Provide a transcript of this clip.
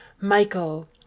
Michael